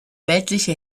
weltliche